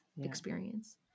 experience